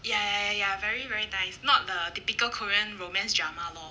ya ya ya ya very very nice not the typical korean romance drama lor